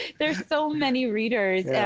there are so many readers.